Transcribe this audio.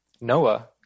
Noah